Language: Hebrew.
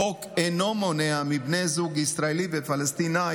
החוק אינו מונע מבני זוג ישראלי ופלסטיני